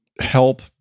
help